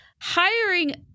hiring